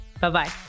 bye-bye